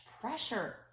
pressure